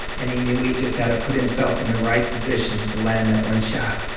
and he knew he just had to put himself in the right position to land that one shot.